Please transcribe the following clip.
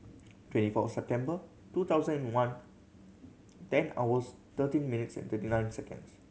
twenty four September two thousand and one ten hours thirteen minutes and thirty nine seconds